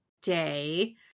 day